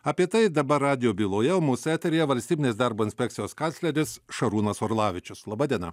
apie tai dabar radijo byloje mūsų eteryje valstybinės darbo inspekcijos kancleris šarūnas orlavičius laba diena